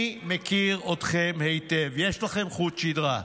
אני מכיר אתכם היטב, יש לכם חוט שדרה.